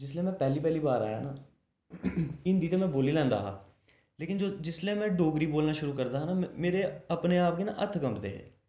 जिसलै में पैह्ली पैह्ली बार आया हा न हिंदी ते मेंं बोल्ली लैंदा हा लेकिन जिसलै में डोगरी बोलना शुरू करदा हा न मेरे अपने आप गी न हत्थ कंबदे हे